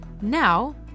Now